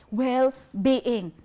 well-being